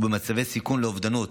ובמצבי סיכון לאובדנות.